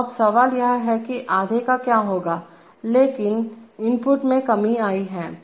तो अब सवाल यह है कि आधे का क्या होगा लेकिन इनपुट में कमी आई है